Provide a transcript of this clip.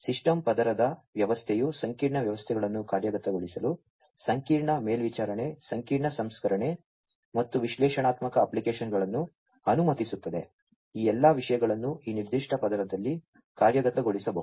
system ಪದರದ ವ್ಯವಸ್ಥೆಯು ಸಂಕೀರ್ಣ ವ್ಯವಸ್ಥೆಗಳನ್ನು ಕಾರ್ಯಗತಗೊಳಿಸಲು ಸಂಕೀರ್ಣ ಮೇಲ್ವಿಚಾರಣೆ ಸಂಕೀರ್ಣ ಸಂಸ್ಕರಣೆ ಮತ್ತು ವಿಶ್ಲೇಷಣಾತ್ಮಕ ಅಪ್ಲಿಕೇಶನ್ಗಳನ್ನು ಅನುಮತಿಸುತ್ತದೆ ಈ ಎಲ್ಲಾ ವಿಷಯಗಳನ್ನು ಈ ನಿರ್ದಿಷ್ಟ ಪದರದಲ್ಲಿ ಕಾರ್ಯಗತಗೊಳಿಸಬಹುದು